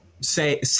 say